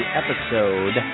episode